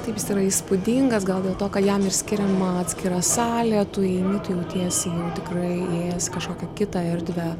taip jis yra įspūdingas gal dėl to kad jam ir skiriama atskira salė tu įeini tu jau tiesiai jau tikrai įėjęs į kažkokią kitą erdvę